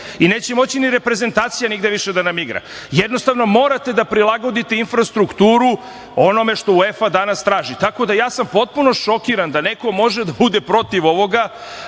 i neće moći ni reprezentacija nigde više da nam igra, jednostavno morate da prilagodite infrastrukturu onome što UEFA danas traži. Tako da, ja sam potpuno šokiran da neko može da bude protiv ovoga,